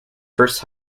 first